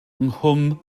nghwm